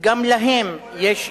גם להם יש אמא.